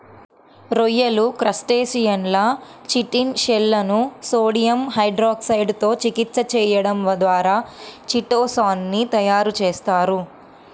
రొయ్యలు, క్రస్టేసియన్ల చిటిన్ షెల్లను సోడియం హైడ్రాక్సైడ్ తో చికిత్స చేయడం ద్వారా చిటో సాన్ ని తయారు చేస్తారు